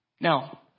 Now